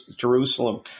Jerusalem